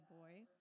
boy